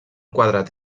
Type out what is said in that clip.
quadrat